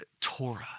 Torah